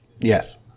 Yes